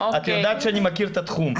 את יודעת שאני מכיר את התחום.